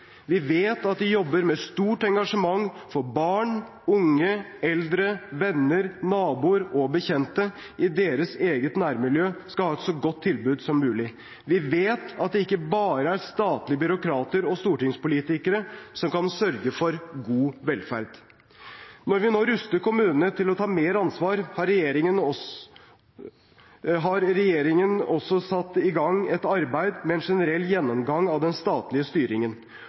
Vi vet at de jobber med stort engasjement for at barn, unge, eldre, venner, naboer og bekjente i deres eget nærmiljø skal ha et så godt tilbud som mulig. Vi vet at det ikke bare er statlige byråkrater og stortingspolitikere som kan sørge for god velferd. Når vi nå ruster kommunene til å ta mer ansvar, har regjeringen også satt i gang et arbeid med en generell gjennomgang av den statlige styringen.